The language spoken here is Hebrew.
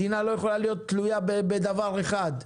מדינה לא יכולה להיות תלויה בדבר אחד.